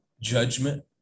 judgment